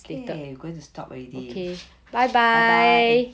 K we going to stop already bye bye eh